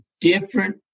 different